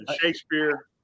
Shakespeare